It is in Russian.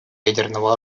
ядерного